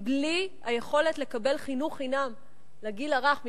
בלי היכולת לקבל חינוך חינם לגיל הרך,